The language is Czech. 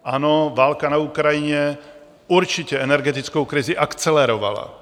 Ano, válka na Ukrajině určitě energetickou krizi akcelerovala.